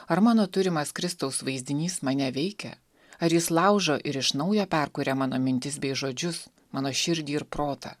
ar mano turimas kristaus vaizdinys mane veikia ar jis laužo ir iš naujo perkuria mano mintis bei žodžius mano širdį ir protą